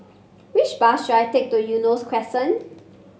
which bus should I take to Eunos Crescent